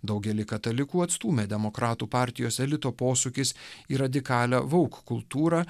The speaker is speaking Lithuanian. daugelį katalikų atstūmė demokratų partijos elito posūkis į radikalią vouk kultūrą